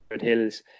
Hills